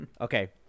Okay